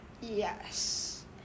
Yes